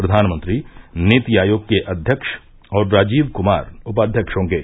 प्रधानमंत्री नीति आयोग के अध्यक्ष और राजीव कुमार उपाध्यक्ष होंगे